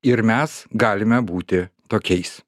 ir mes galime būti tokiais